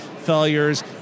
failures